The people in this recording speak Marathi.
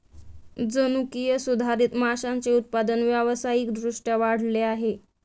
जनुकीय सुधारित माशांचे उत्पादन व्यावसायिक दृष्ट्या वाढले आहे